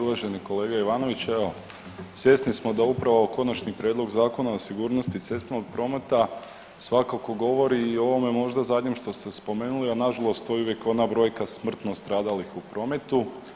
Uvaženi kolega Ivanović evo svjesni smo da upravo Konačni prijedlog Zakona o sigurnosti cestovnog prometa svakako govori i o ovome možda zadnjem što ste spomenuli, a nažalost to je uvijek ona brojka smrtno stradalih u prometu.